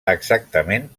exactament